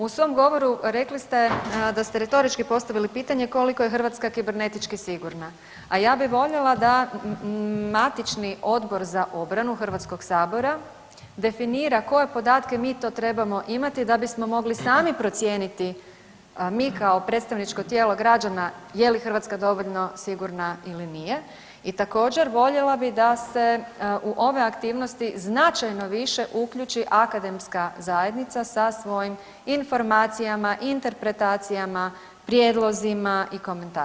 U svom govoru rekli ste da ste retorički postavili pitanje koliko je Hrvatska kibernetički sigurna, a ja bi voljela da matični Odbor za obranu HS-a definira koje podatke mi to trebamo imati da bismo mogli sami procijeniti mi kao predstavničko tijelo građana je li Hrvatska dovoljno sigurna ili nije i također voljela bi da se u ove aktivnosti značajno više uključi akademska zajednica sa svojim informacijama, interpretacijama, prijedlozima i komentarima.